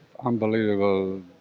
unbelievable